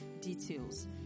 details